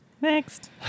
Next